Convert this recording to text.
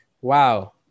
wow